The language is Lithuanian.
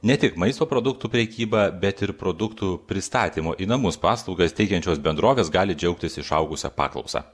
ne tik maisto produktų prekyba bet ir produktų pristatymo į namus paslaugas teikiančios bendrovės gali džiaugtis išaugusia paklausa